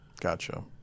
Gotcha